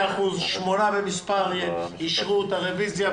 100%, שמונה במספר, אישרו את הרביזיה.